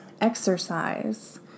exercise